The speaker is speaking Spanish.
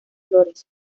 flores